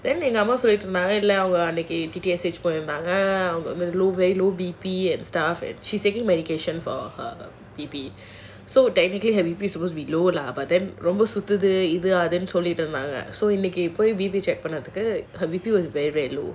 then எங்க அம்மா சொல்லித்திருந்தாங்க:enga amma solliturunthaanga low B_P and stuff she's taking medication for her B_P so technically her B_P is supposed to be low lah ரொம்ப சுத்துதுன்னு சொல்லித்திருந்தாங்க:romba suthuthunu sollitrunthaanga her B_P was very very low